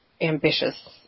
ambitious